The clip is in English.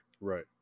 Right